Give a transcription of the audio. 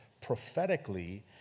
prophetically